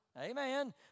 Amen